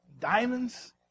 diamonds